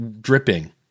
dripping